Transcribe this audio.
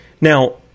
Now